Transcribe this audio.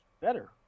better